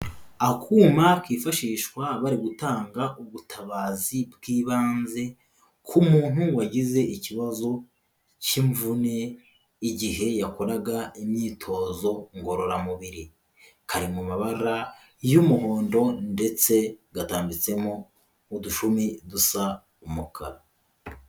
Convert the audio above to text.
Akuma kifashishwa bari gutanga ubutabazi bw'ibanze ku muntu wagize ikibazo cy'imvune igihe yakoraga imyitozo ngororamubiri. Kari mu mabara y'umuhondo ndetse gatambitsemo udushumi dusa umukara.